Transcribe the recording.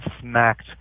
smacked